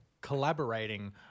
collaborating